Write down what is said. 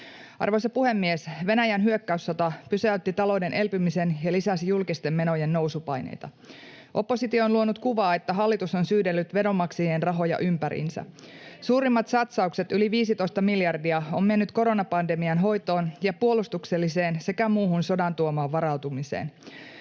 Arvoisa puhemies! Venäjän hyökkäyssota pysäytti talouden elpymisen ja lisäsi julkisten menojen nousupaineita. Oppositio on luonut kuvaa, että hallitus on syydellyt veronmaksajien rahoja ympäriinsä. Suurimmat satsaukset, yli 15 miljardia, ovat menneet koronapandemian hoitoon ja puolustukselliseen sekä muuhun sodan tuomaan varautumiseen.